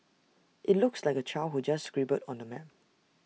IT looks like A child who just scribbled on the map